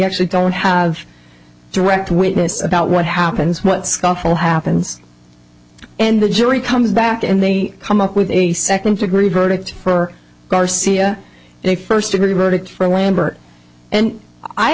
actually don't have direct witness about what happens what scuffle happens and the jury comes back and they come up with a second degree verdict for garcia and a first degree verdict